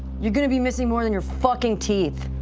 you're going to be missing more than your fucking teeth.